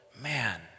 Man